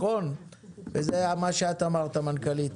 זה מה שאת אמרת, המנכ"לית.